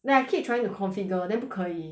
then I keep trying to configure then 不可以